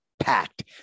packed